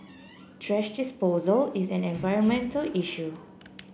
thrash disposal is an environmental issue